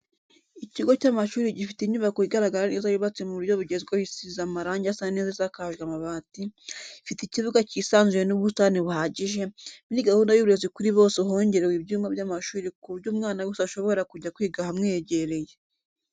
Ikigo cy'amashuri gifite inyubako igaragara neza yubatse mu buryo bugezweho isize amarange asa neza isakajwe amabati, ifite ikibuga cyisanzuye n'ubusitani buhagije, muri gahunda y'uburezi kuri bose hongerewe ibyumba by'amashuri ku buryo umwana wese ashobora kujya kwiga ahamwegereye.